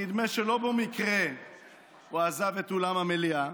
נדמה שלא במקרה הוא עזב את אולם המליאה.